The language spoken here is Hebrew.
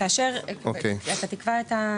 כאשר אתה תקרא את,